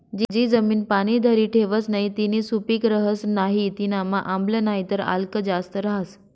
जी जमीन पाणी धरी ठेवस नही तीनी सुपीक रहस नाही तीनामा आम्ल नाहीतर आल्क जास्त रहास